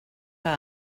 que